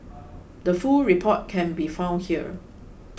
the full report can be found here